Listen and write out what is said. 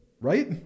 right